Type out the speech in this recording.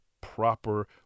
proper